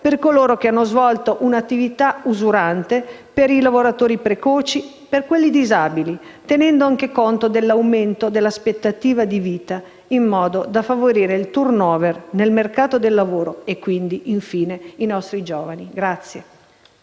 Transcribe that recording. per coloro che hanno svolto un'attività usurante, per i lavoratori precoci e per quelli disabili, tenendo anche conto dell'aumento dell'aspettativa di vita, in modo da favorire il *turnover* nel mercato del lavoro e quindi i nostri giovani.